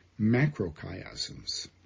macrochiasms